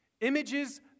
images